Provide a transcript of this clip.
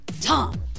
Tom